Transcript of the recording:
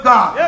God